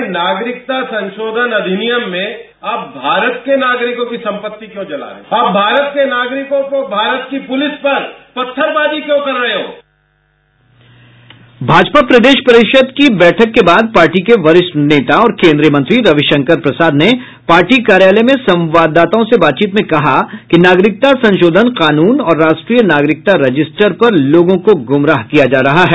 भाई नागरिकता संशोधन अधिनियम में अब भारत के नागरिकों की संपत्ति क्यों जला रहे हैं अब भारत के नागरिकों को भारत के पुलिस पर पत्थरबाजी क्यों कर रहे हो भाजपा प्रदेश परिषद की बैठक के बाद पार्टी के वरिष्ठ नेता और केंद्रीय मंत्री रविशंकर प्रसाद ने पार्टी कार्यालय में संवाददाताओं से बातचीत में कहा कि नागरिकता संशोधन कानून और राष्ट्रीय नागरिकता रजिस्टर पर लोगों को गुमराह किया जा रहा है